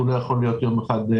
הוא לא יכול להיות לא מוכן,